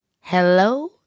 hello